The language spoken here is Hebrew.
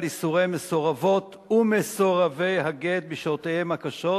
ייסורי מסורבות ומסורבי הגט בשעותיהם הקשות,